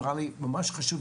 נראה לי ממש חשוב,